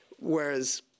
whereas